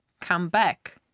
comeback